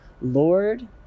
Lord